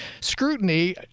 scrutiny